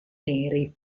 neri